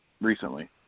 recently